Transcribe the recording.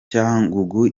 cyangugu